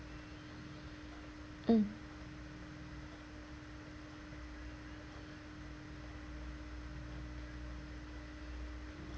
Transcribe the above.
mm